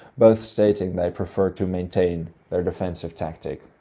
both stating they preferred to maintain their defensive tactic.